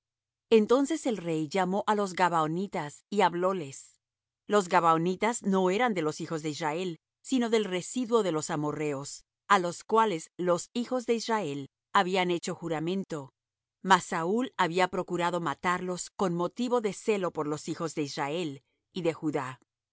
entonces el rey llamó á los gabaonitas y hablóles los gabaonitas no eran de los hijos de israel sino del residuo de los amorrheos á los cuales los hijos de israel habían hecho juramento mas saúl había procurado matarlos con motivo de celo por los hijos de israel y de judá